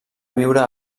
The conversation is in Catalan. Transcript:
viure